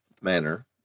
manner